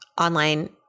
online